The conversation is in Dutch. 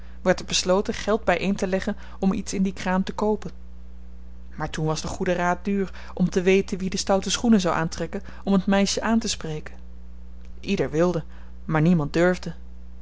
werd er besloten geld by een te leggen om iets in die kraam te koopen maar toen was de goede raad duur om te weten wie de stoute schoenen zou aantrekken om het meisjen aantespreken ieder wilde maar niemand durfde